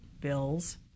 bills